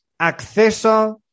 acceso